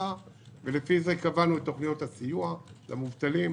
ולפי זה קבענו את תוכניות הסיוע למובטלים,